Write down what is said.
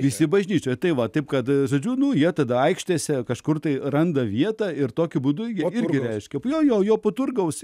visi bažnyčioje tai va taip kad žadžiūnų jie tada aikštėse kažkur tai randa vietą ir tokiu būdu jie irgi reiškia jo po turgaus